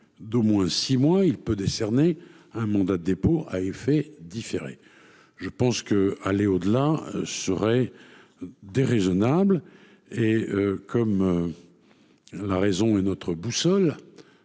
d'au moins 6 mois, il peut décerner un mandat de dépôt à effet différé, je pense que aller au-delà serait déraisonnable et comme la raison et notre boussole